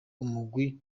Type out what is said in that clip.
umugwi